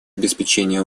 обеспечения